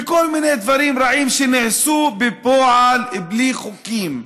וכל מיני דברים רעים נעשו בפועל בלי חוקים.